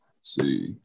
See